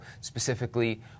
Specifically